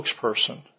spokesperson